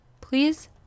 please